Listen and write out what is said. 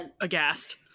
aghast